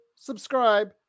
Subscribe